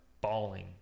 bawling